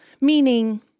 meaning